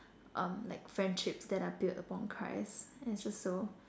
um like friendships that are built upon Christ and it's just so